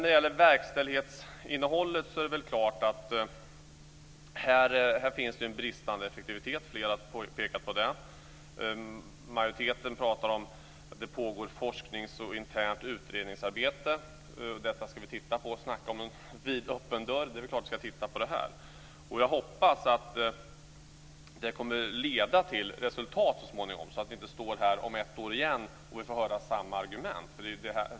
När det gäller verkställighetsinnehållet är det klart att det finns en brist på effektivitet. Flera har pekat på det. Majoriteten talar om att det pågår forskning och internt utredningsarbete och att vi ska titta på och snacka om det. Det är en vidöppen dörr, och det är klart att vi ska titta på det. Jag hoppas att det kommer att leda till resultat så småningom så att vi inte står här om ett år igen och får höra samma argument.